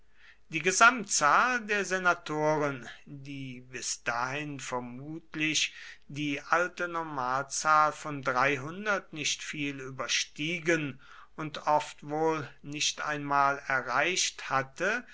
die gesamtzahl der senatoren die bis dahin vermutlich die alte normalzahl von nicht viel überstiegen und oft wohl nicht einmal erreicht hatte